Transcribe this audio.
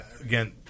again